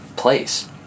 Place